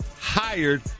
hired